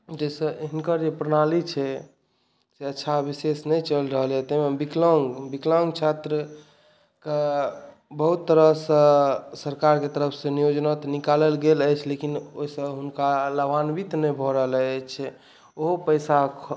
जाहिसँ हिनकर जे प्रणाली छै से अच्छा विशेष नहि चलि रहल अछि ताहिमे विकलाङ्ग विकलाङ्ग छात्रकेँ बहुत तरहसँ सरकारके तरफसँ योजना तऽ निकालल गेल अछि लेकिन ओहिसँ हुनका लाभान्वित नहि भऽ रहल अछि ओहो पैसा